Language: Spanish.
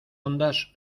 ondas